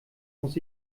muss